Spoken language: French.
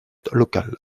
local